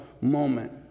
moment